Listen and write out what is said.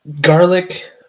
garlic